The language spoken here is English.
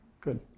Good